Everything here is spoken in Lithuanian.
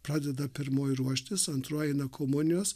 pradeda pirmoji ruoštis antroji eina komunijos